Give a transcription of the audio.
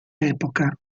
epoca